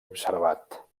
observat